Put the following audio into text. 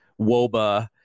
Woba